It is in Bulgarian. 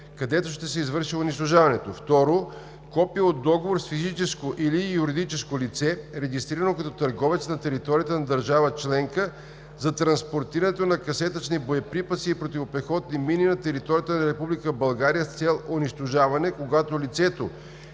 където ще се извърши унищожаването; 2. копие от договор с физическо или юридическо лице, регистрирано като търговец на територията на държава членка, за транспортирането на касетъчни боеприпаси и противопехотни мини на територията на Република България с цел унищожаване, когато лицето,